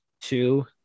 two